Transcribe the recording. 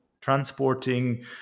transporting